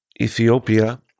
Ethiopia